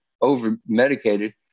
over-medicated